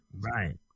Right